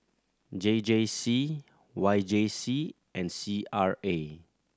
J J C Y J C and C R A